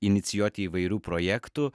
inicijuoti įvairių projektų